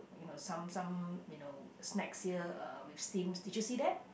you know some some you know snacks here uh with steams did you see that